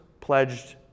pledged